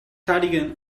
cardigan